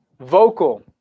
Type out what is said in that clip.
vocal